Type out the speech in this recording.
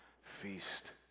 feast